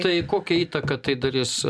tai kokią įtaką tai darys